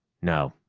no.